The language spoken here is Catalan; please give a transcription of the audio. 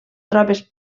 tropes